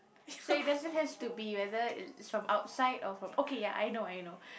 so it doesn't has to be whether it's from outside or from okay ya I know I know